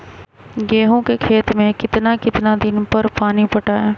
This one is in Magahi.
गेंहू के खेत मे कितना कितना दिन पर पानी पटाये?